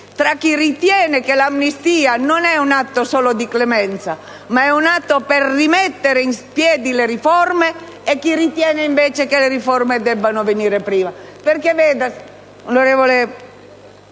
tra chi ritiene che l'amnistia non sia solo un atto di clemenza, ma un atto per rimettere in piedi le riforme, e chi ritiene invece che le riforme debbano venire prima.